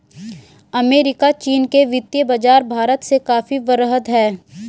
America चीन के वित्तीय बाज़ार भारत से काफी वृहद हैं